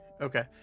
okay